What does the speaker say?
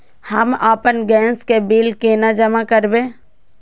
हम आपन गैस के बिल केना जमा करबे?